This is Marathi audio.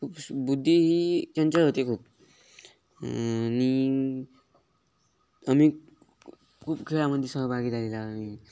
खूप सु बुद्धी ही चंचल होती खूप आणि आम्ही खूप खेळामध्ये सहभागी झालेला आहे